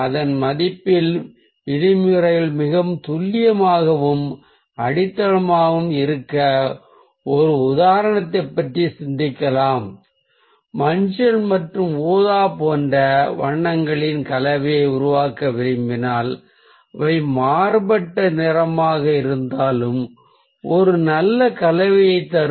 அதன் மதிப்பின் விதிமுறைகள் மிகவும் துல்லியமாகவும் அடித்தளமாகவும் இருக்க ஒரு உதாரணத்தைப் பற்றி சிந்திக்கலாம் மஞ்சள் மற்றும் ஊதா போன்ற வண்ணங்களின் கலவையை உருவாக்க விரும்பினால் அவை மாறுபட்ட நிறமாக இருந்தாலும் ஒரு நல்ல கலவையை தரும்